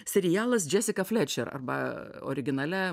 serialas džesika flečer arba originalia